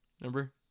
Remember